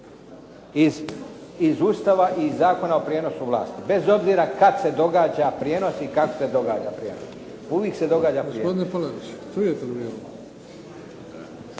Iz Ustava i Zakona o prijenosu vlasti bez obzira kad se događa prijenos i kad se događa prijenos. Uvijek se događa prijenos.